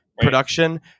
production